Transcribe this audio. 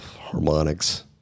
harmonics